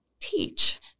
teach